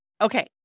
Okay